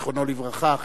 זיכרונו לברכה,